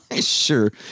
Sure